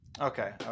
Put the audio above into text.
Okay